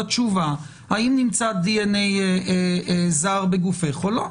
התשובה אם נמצא דנ"א זר בגופה או לא?